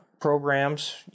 programs